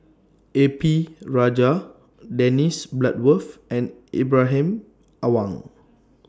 A P Rajah Dennis Bloodworth and Ibrahim Awang